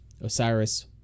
Osiris